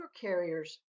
carriers